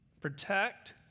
protect